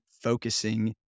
focusing